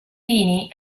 pini